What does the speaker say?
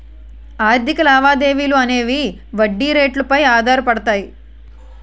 ఆర్థిక లావాదేవీలు అనేవి వడ్డీ రేట్లు పై ఆధారపడతాయి